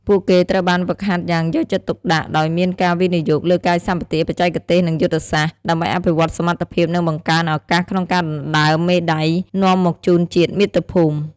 ពួកគេត្រូវបានហ្វឹកហាត់យ៉ាងយកចិត្តទុកដាក់ ដោយមានការវិនិយោគលើកាយសម្បទា បច្ចេកទេស និងយុទ្ធសាស្ត្រ ដើម្បីអភិវឌ្ឍសមត្ថភាព និងបង្កើនឱកាសក្នុងការដណ្ដើមមេដាយនាំមកជូនជាតិមាតុភូមិ។